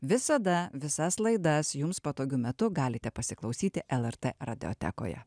visada visas laidas jums patogiu metu galite pasiklausyti lrt radijotekoje